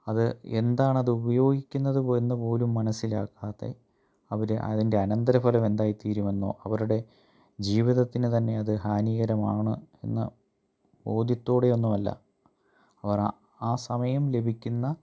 അത് എന്താണത് ഉപയോഗിക്കുന്നത് എന്ന് പോലും മനസ്സിലാക്കാതെ അവർ അതിൻ്റെ അനന്തരഫലം എന്തായി തീരുമെന്നോ അവരുടെ ജീവിതത്തിന് തന്നെ അത് ഹാനികരമാണ് എന്ന ബോധ്യത്തോടെ ഒന്നും അല്ല അവർ ആ സമയം ലഭിക്കുന്ന